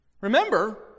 Remember